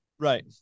Right